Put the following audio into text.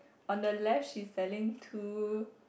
on the left she's selling two